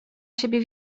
siebie